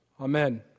Amen